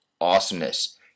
awesomeness